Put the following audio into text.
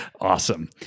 Awesome